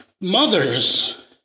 mothers